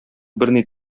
берни